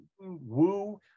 woo